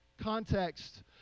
context